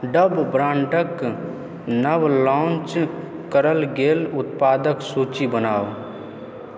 dub brand क नव launch कयल गेल उत्पादक सूची बनाउ